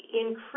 increase